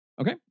Okay